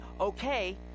okay